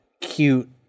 cute